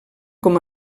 com